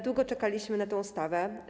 Długo czekaliśmy na tę ustawę.